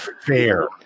fair